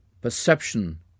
perception